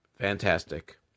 Fantastic